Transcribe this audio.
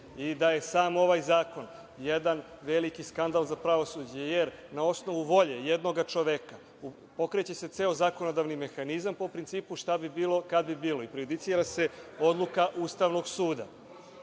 i da je sam ovaj zakon jedan veliki skandal za pravosuđe, jer na osnovu volje jednoga čoveka pokreće se ceo zakonodavni mehanizam po principu – šta bi bilo kad bi bilo, i prejudicira se odluka Ustavnog